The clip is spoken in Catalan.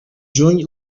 juny